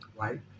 right